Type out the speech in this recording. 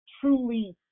truly